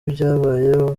ibyabaye